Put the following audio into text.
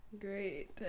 Great